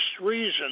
reason